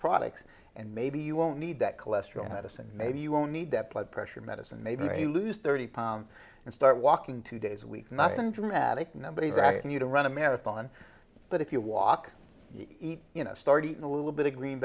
products and maybe you won't need that cholesterol medicine maybe you won't need that blood pressure medicine maybe when you lose thirty pounds and start walking two days a week nothing dramatic nobody's asking you to run a marathon but if you walk eat you know start eating a little bit of green